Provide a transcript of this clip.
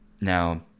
Now